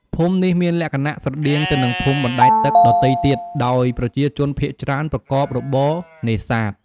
ភូមិនេះមានលក្ខណៈស្រដៀងទៅនឹងភូមិបណ្ដែតទឹកដទៃទៀត ដោយប្រជាជនភាគច្រើនប្រកបរបរនេសាទ។